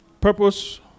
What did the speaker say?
Purpose